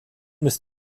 misst